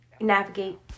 navigate